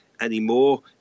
anymore